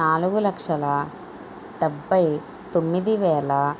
నాలుగు లక్షల డెబ్బై తొమ్మిది వేల